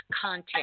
content